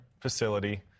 facility